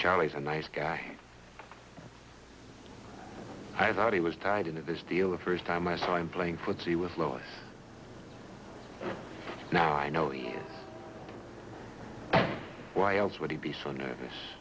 charlie's a nice guy i thought he was tied into this deal the first time i saw him playing footsie with lois now i know the why else would he be so nervous